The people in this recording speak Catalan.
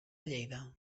lleida